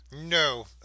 No